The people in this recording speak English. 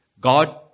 God